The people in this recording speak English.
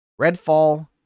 Redfall